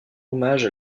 hommage